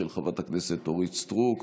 של חברת הכנסת אורית סטרוק,